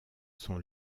son